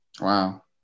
Wow